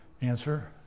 Answer